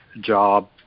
job